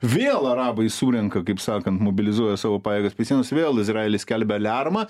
vėl arabai surenka kaip sakant mobilizuoja savo pajėgas prisiminus vėl izraelis skelbia aliarmą